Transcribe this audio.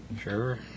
sure